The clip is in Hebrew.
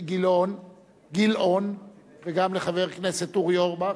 גילאון וגם לחבר הכנסת אורי אורבך.